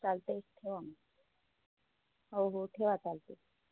चालत आहे ठेवा मग हो हो ठेवा चालते